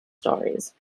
stories